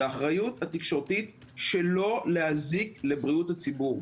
האחריות התקשורתית שלא להזיק לבריאות הציבור.